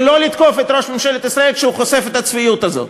ולא לתקוף את ראש ממשלת ישראל כשהוא חושף את הצביעות הזאת.